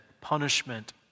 punishment